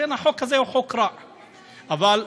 לכן